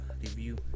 review